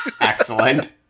Excellent